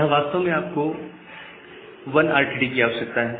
यहां वास्तव में आप को 1 RTT की आवश्यकता है